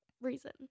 reason